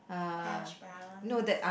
hash browns